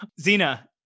Zena